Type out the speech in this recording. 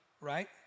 right